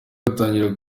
atangira